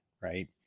right